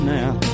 now